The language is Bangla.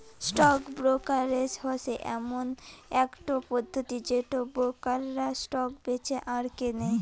স্টক ব্রোকারেজ হসে এমন একটো পদ্ধতি যেটোতে ব্রোকাররা স্টক বেঁচে আর কেনে